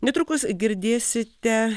netrukus girdėsite